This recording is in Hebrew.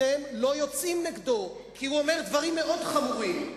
אתם לא יוצאים נגדו כי הוא אומר דברים מאוד חמורים,